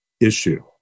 issue